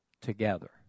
Together